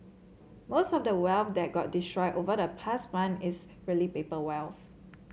most of the wealth that got destroyed over the past month is really paper wealth